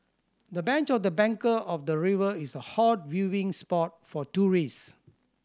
the bench of the bank of the river is a hot viewing spot for tourist